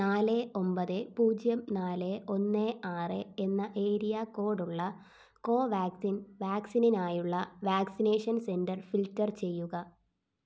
നാല് ഒമ്പത് പൂജ്യം നാല് ഒന്ന് ആറ് എന്ന ഏരിയ കോഡ് ഉള്ള കോവാക്സിൻ വാക്സിനിനായുള്ള വാക്സിനേഷൻ സെൻറ്റർ ഫിൽട്ടർ ചെയ്യുക